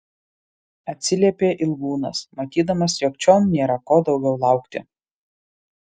atsiliepė ilgūnas matydamas jog čion nėra ko daugiau laukti